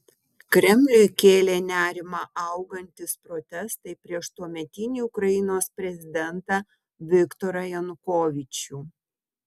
kremliui kėlė nerimą augantys protestai prieš tuometinį ukrainos prezidentą viktorą janukovyčių